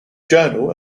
journal